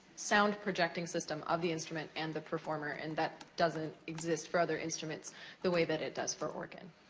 sound projecting system of the instrument and the performer. and that doesn't exist for other instruments the way that it does for organ.